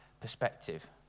perspective